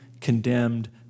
condemned